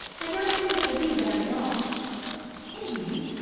i don't think it will be very long indeed?